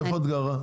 איפה את גרה?